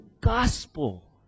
gospel